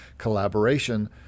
collaboration